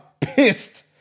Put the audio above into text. pissed